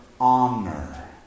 honor